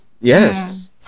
yes